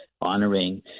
honoring